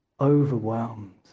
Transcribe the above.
overwhelmed